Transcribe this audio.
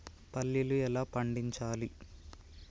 పల్లీలు ఎలా పండించాలి?